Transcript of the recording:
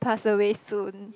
pass away soon